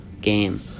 game